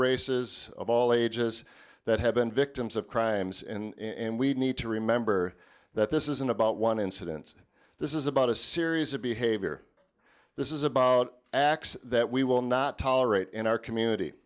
races of all ages that have been victims of crimes and we need to remember that this isn't about one incident this is about a series of behavior this is about acts that we will not tolerate in our community